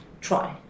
try